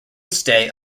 stay